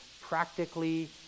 practically